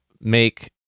make